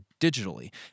digitally